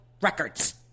records